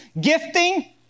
gifting